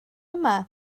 yma